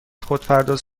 خودپرداز